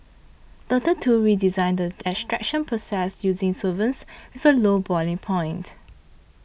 Doctor Tu redesigned the extraction process using solvents with a low boiling point